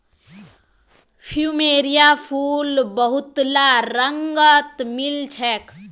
plumeria फूल बहुतला रंगत मिल छेक